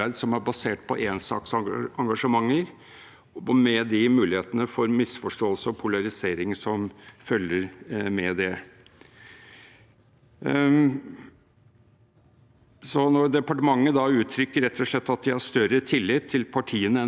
Når departementet uttrykker at de rett og slett har større tillit til partiene enn til velgerne, synes jeg altså det er et ganske sterkt «statement». Jeg lurer på om man kan